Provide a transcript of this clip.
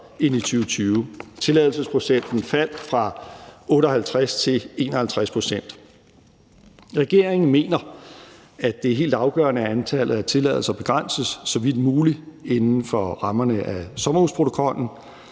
end i 2020; tilladelsesprocenten faldt fra 58 til 51 pct. Regeringen mener, at det er helt afgørende, at antallet af tilladelser begrænses så vidt muligt inden for rammerne af sommerhusprotokollen.